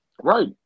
Right